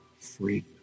free